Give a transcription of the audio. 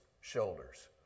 shoulders